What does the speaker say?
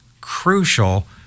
crucial